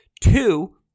Two